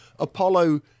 Apollo